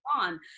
on